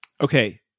Okay